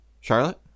charlotte